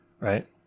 right